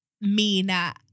Mina